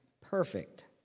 perfect